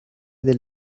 del